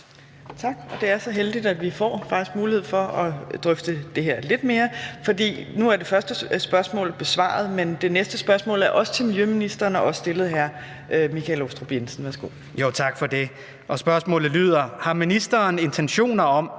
Tak. Det er så heldigt, at vi faktisk får mulighed for at drøfte det her lidt mere, for nu er det første spørgsmål besvaret, men det næste spørgsmål er også til miljøministeren og er også stillet af hr. Michael Aastrup Jensen. Kl. 14:50 Spm. nr. S 522 21) Til miljøministeren af: Michael